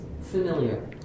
familiar